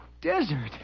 desert